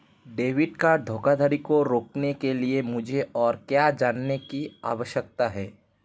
Debit card धोखाधड़ी को रोकने के लिए मुझे और क्या जानने की आवश्यकता है?